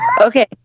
Okay